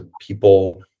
people